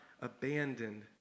abandoned